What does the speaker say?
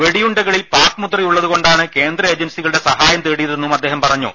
വെടിയുണ്ടകളിൽ പാക്മുദ്ര ഉള്ളതുകൊണ്ടാണ് കേന്ദ്ര ഏജൻസികളുടെ സഹായം തേടിയതെന്നും അദ്ദേഹം പറഞ്ഞു